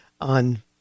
on